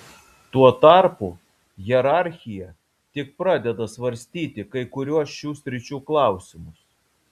tuo tarpu hierarchija tik pradeda svarstyti kai kuriuos šių sričių klausimus